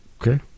Okay